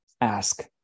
Ask